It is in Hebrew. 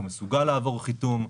הוא מסוגל לעבור חיתום,